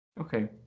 Okay